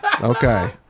Okay